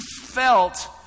felt